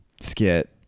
skit